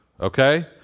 okay